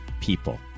people